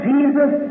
Jesus